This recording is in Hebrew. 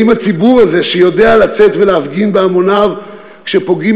האם הציבור הזה שיודע לצאת ולהפגין בהמוניו כשפוגעים